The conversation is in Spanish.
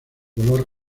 color